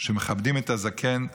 מכבדים את הזקן.